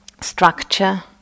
structure